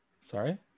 Sorry